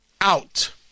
Out